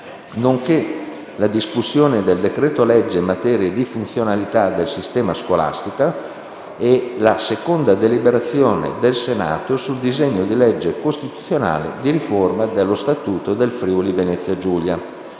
nonché la discussione del decreto-legge in materia di funzionalità del sistema scolastico e la seconda deliberazione del Senato sul disegno di legge costituzionale di riforma dello Statuto del Friuli-Venezia Giulia.